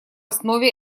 основе